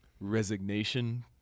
resignation